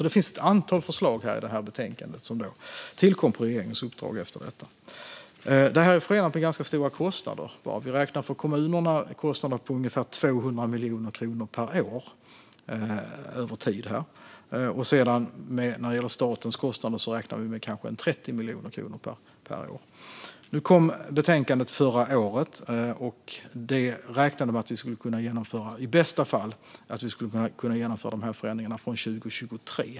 Det finns ett antal förslag i betänkandet, som tillkom på regeringens uppdrag. Detta är förenat med stora kostnader. För kommunerna är den beräknade kostnaden ungefär 200 miljoner kronor per år över tid. När det gäller statens kostnader beräknas kostnaden till 30 miljoner kronor per år. Nu kom betänkandet förra året. Utredningen menade att förändringarna i bästa fall kan genomföras från 2023.